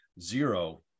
zero